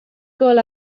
gôl